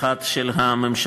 אחת של הממשלה.